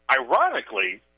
Ironically